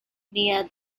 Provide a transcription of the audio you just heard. near